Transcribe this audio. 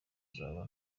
kuzaba